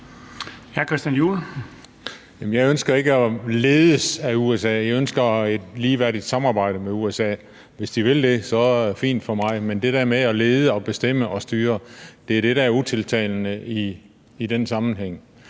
jeg ønsker ikke at ledes af USA. Jeg ønsker et ligeværdigt samarbejde med USA. Hvis de vil det, er det fint med mig. Men det der med at lede og bestemme og styre er det, der er utiltalende i den sammenhæng.